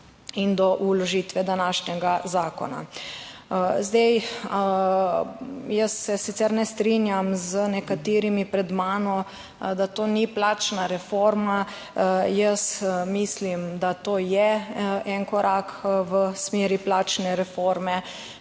in do vložitve današnjega zakona. Zdaj, jaz se sicer ne strinjam z nekaterimi pred mano, da to ni plačna reforma. Jaz mislim, da to je en korak v smeri plačne reforme.